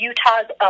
Utah's